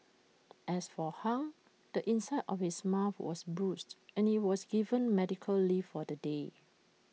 as for hung the inside of his mouth was bruised and he was given medical leave for the day